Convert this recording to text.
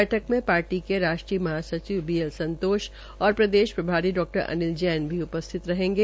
बैठक में पार्टी के राष्ट्रीय महासचिव बी एल संतोष और प्रदेश प्रभारी अनिल जैन भी उपस्थित रहेंगे